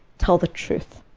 tell the truth.